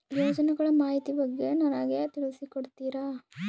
ಯೋಜನೆಗಳ ಮಾಹಿತಿ ಬಗ್ಗೆ ನನಗೆ ತಿಳಿಸಿ ಕೊಡ್ತೇರಾ?